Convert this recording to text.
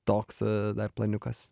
toks dar planiukas